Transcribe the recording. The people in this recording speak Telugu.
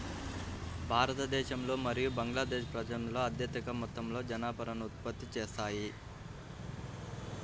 భారతదేశం మరియు బంగ్లాదేశ్ ప్రపంచంలో అత్యధిక మొత్తంలో జనపనారను ఉత్పత్తి చేస్తాయి